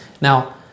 Now